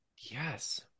yes